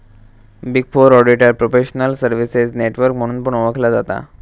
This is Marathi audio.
big four auditor professional services network म्हणून पण ओळखला जाता